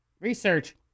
Research